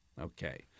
Okay